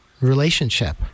relationship